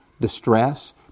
distress